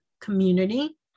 community